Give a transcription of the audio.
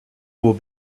will